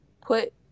put